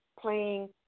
playing